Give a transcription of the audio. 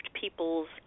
people's